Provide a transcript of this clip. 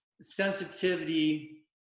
sensitivity